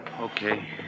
Okay